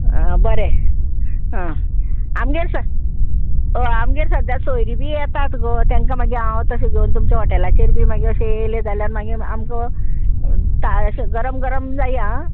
बरें आं आमगेर हय आमगेर सद्द्या सोयरी बी येतात गो तांकां मागीर हांव तशें घेवन तुमच्या हॉटेलाचेर बी मागी अशें येयलें जाल्यार मागीर आमकां ता अशें गरम गरम जायी आं